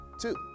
Two